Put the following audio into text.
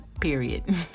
period